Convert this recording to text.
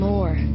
more